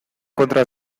kontra